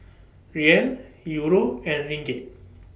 Riel Euro and Ringgit